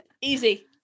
easy